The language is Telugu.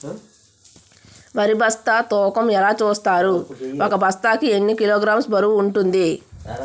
వరి బస్తా తూకం ఎలా చూస్తారు? ఒక బస్తా కి ఎన్ని కిలోగ్రామ్స్ బరువు వుంటుంది?